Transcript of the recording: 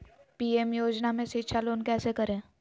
PM योजना में शिक्षा लोन कैसे करें?